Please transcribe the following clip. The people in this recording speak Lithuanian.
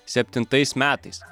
septintais metais